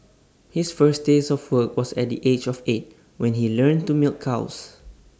his first taste of work was at the age of eight when he learned to milk cows